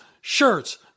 shirts